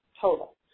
total